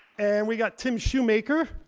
and we got tim shoemaker,